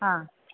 ആ